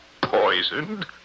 poisoned